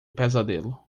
pesadelo